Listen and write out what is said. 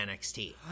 NXT